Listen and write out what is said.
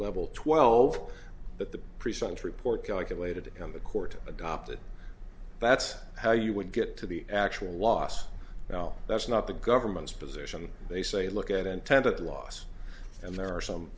level twelve that the present report calculated on the court adopted that's how you would get to the actual loss now that's not the government's position they say look at intended loss and there are some